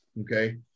okay